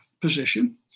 position